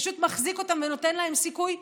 פשוט מחזיק אותם ונותן להם סיכוי,